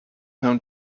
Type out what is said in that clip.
home